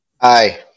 Hi